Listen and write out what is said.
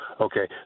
Okay